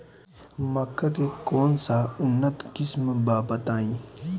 मक्का के कौन सा उन्नत किस्म बा बताई?